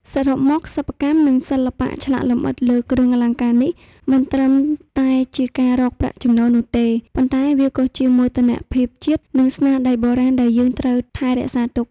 សរុបមកសិប្បកម្ម និងសិល្បៈឆ្លាក់លម្អិតលើគ្រឿងអលង្ការនេះមិនត្រឺមតែជាការរកប្រាក់ចំណូលនោះទេ ប៉ុន្តែវាក៏ជាមោទនភាពជាតិនិងស្នាដៃបុរាណដែលយើងត្រូវថែរក្សាទុក។